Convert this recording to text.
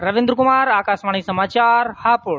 रविंद्र कुमार आकाशवाणी समाचार हापुड़